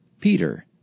Peter